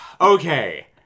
Okay